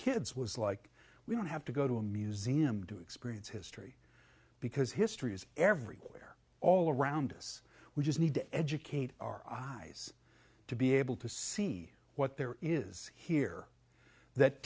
kids was like we don't have to go to a museum to experience history because history is everywhere all around us we just need to educate our eyes to be able to see what there is here that